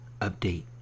update